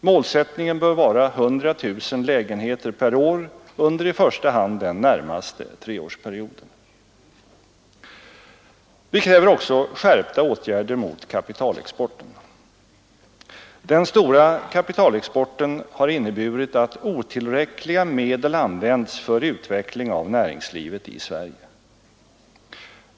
Målsättningen bör vara 100 000 lägenheter per år under i första hand den närmaste treårsperioden. Skärpta åtgärder mot kapitalexport. Den stora kapitalexporten har inneburit att otillräckliga medel använts för utveckling av näringslivet i Sverige.